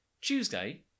Tuesday